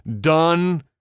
done